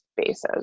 spaces